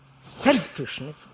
selfishness –